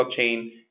blockchain